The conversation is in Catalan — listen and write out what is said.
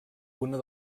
una